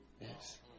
Yes